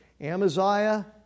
Amaziah